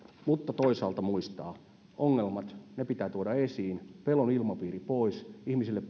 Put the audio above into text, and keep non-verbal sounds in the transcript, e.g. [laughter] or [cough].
mutta toisaalta muistaa että ongelmat pitää tuoda esiin ja saada pelon ilmapiiri pois ja ihmisille [unintelligible]